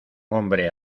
hombre